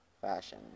fashion